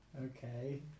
Okay